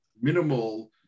minimal